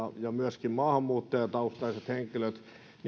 myöskin maahanmuuttajataustaiset henkilöt